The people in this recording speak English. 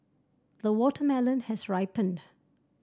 the watermelon has ripened